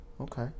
Okay